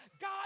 God